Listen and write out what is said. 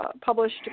published